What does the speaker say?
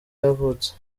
yavutse